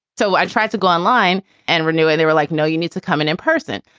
so i tried to go online and renew and they were like, no, you need to come in in person.